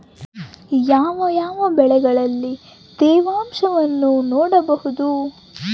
ಯಾವ ಯಾವ ಬೆಳೆಗಳಲ್ಲಿ ತೇವಾಂಶವನ್ನು ನೋಡಬಹುದು?